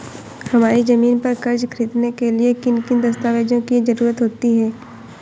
हमारी ज़मीन पर कर्ज ख़रीदने के लिए किन किन दस्तावेजों की जरूरत होती है?